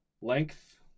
Length